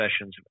sessions